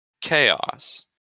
chaos